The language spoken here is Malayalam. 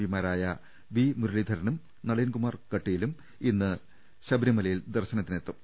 പിമാരായ വി മുരളീധരനും നളിൻകുമാർ കട്ടീലും ഇന്ന് ശബരി മലയിൽ ദർശനത്തിനെത്തും